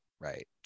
right